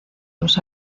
los